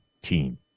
team